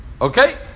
Okay